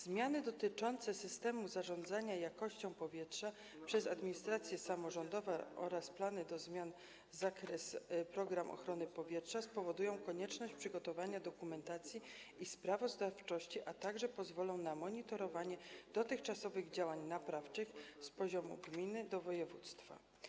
Zmiany dotyczące systemu zarządzania jakością powietrza przez administrację samorządową oraz zmiany zakresu programu ochrony powietrza spowodują konieczność przygotowania dokumentacji i sprawozdawczości, a także pozwolą na przeniesienie monitorowania dotychczasowych działań naprawczych z poziomu gminy na poziom województwa.